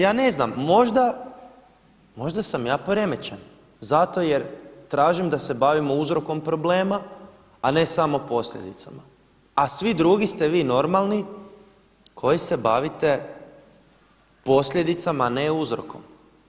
Ja ne znam, možda sam ja poremećen zato jer tražimo da se bavimo uzrokom problema, a ne samo posljedicama, a svi drugi ste vi normalni koji se bavite posljedicama, a ne uzrokom.